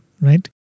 right